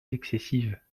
excessive